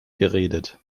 geredet